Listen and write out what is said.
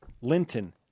Linton